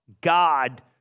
God